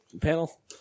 panel